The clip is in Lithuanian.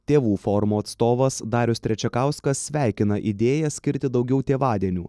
tėvų forumo atstovas darius trečiakauskas sveikina idėją skirti daugiau tėvadienių